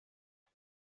هیچ